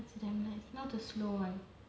it's damn nice not the slow [one]